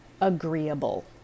agreeable